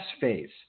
phase